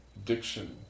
addiction